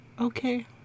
okay